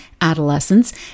adolescents